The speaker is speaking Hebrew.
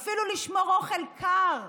אפילו, לשמור אוכל קר,